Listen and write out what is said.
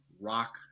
rock